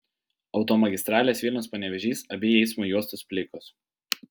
automagistralės vilnius panevėžys abi eismo juostos plikos